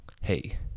hey